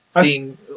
seeing